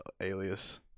alias